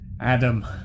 Adam